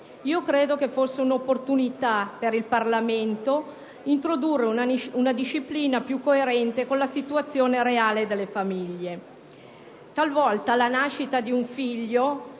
potuto cogliere l'opportunità di introdurre una disciplina più coerente con la situazione reale delle famiglie. Talvolta la nascita di un figlio